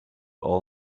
all